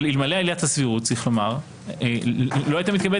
יש לומר - אלמלא עילת הסבירות לא הייתה מתקבלת